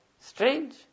Strange